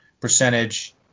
percentage